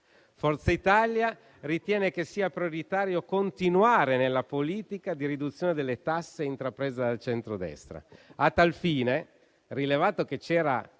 Forza Italia ritiene che sia prioritario continuare nella politica di riduzione delle tasse intrapresa dal centrodestra. A tal fine, rilevato che c'era